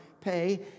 pay